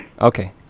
Okay